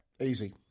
Easy